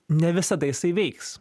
ne visada jisai veiks